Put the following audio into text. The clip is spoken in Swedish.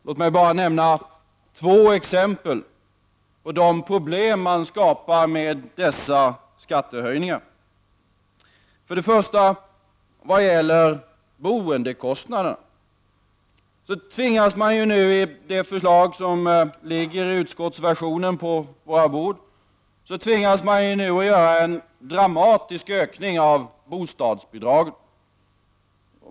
Låt mig bara nämna två exempel på de problem som man skapar med dessa skattehöjningar. När det gäller boendekostnaderna tvingas man med det förslag som nu ligger på våra bord i utskottsversionen att dramatiskt öka bostadsbidragen.